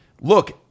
look